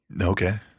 Okay